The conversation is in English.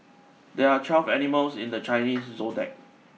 there are twelve animals in the Chinese Zodiac